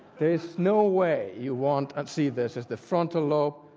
there is no way you won't and see this as the frontal lobe,